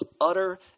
utter